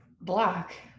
Black